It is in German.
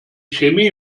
chemie